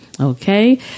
Okay